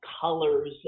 colors